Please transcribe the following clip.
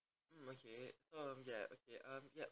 okay um yup yup um yup